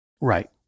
Right